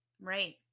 Right